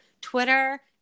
Twitter